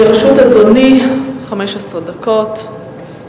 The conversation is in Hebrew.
לרשות אדוני 15 דקות.